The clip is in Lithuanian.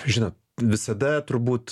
žinot visada turbūt